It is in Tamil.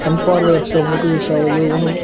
கண் பார்வையற்றவங்களுக்கும் யூஸ் ஆகுது ஊனம்